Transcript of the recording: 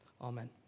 amen